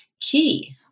key